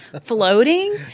floating